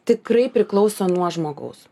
tikrai priklauso nuo žmogaus